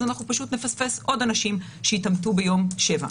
נפספס עוד אנשים שהתאמתו ביום השביעי.